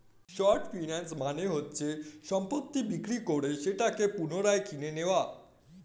short finance মানে হচ্ছে সম্পত্তি বিক্রি করে সেটাকে পুনরায় কিনে নেয়া